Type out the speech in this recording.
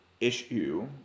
issue